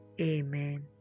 Amen